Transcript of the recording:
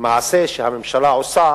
במעשה שהממשלה עושה